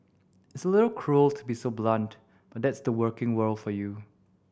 it's a little cruel to be so blunt but that's the working world for you